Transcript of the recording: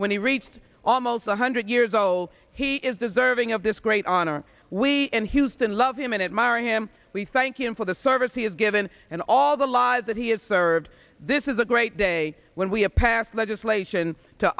when he reached almost one hundred years old he is deserving of this great honor we in houston love him and admire him we thank him for the service he has given and all the lives that he has served this is a great day when we have passed legislation to